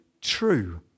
True